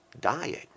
dying